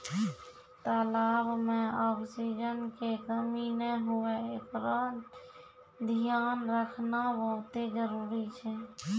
तलाब में ऑक्सीजन के कमी नै हुवे एकरोॅ धियान रखना बहुत्ते जरूरी छै